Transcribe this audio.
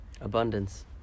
Abundance